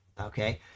okay